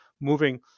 moving